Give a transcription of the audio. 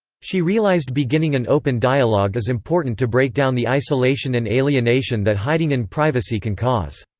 she realized beginning an open dialogue is important to break down the isolation and alienation that hiding in privacy can cause.